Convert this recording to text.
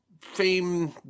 fame